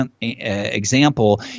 Example